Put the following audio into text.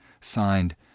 signed